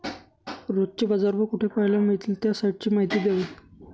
रोजचे बाजारभाव कोठे पहायला मिळतील? त्या साईटची माहिती द्यावी